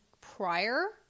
prior